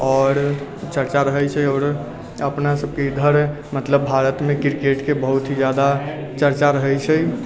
आओर चर्चा रहैत छै आओर अपनासभके घर मतलब भारतमे क्रिकेटके बहुत ही ज्यादा चर्चा रहैत छै